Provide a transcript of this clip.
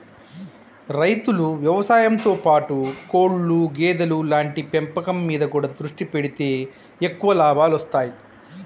రైతులు వ్యవసాయం తో పాటు కోళ్లు గేదెలు లాంటి పెంపకం మీద కూడా దృష్టి పెడితే ఎక్కువ లాభాలొస్తాయ్